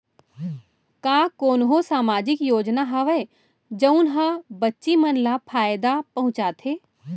का कोनहो सामाजिक योजना हावय जऊन हा बच्ची मन ला फायेदा पहुचाथे?